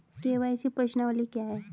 KYC प्रश्नावली क्या है?